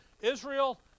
Israel